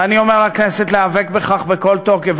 ואני אומר לכנסת להיאבק בכך בכל תוקף,